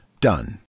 done